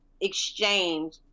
exchange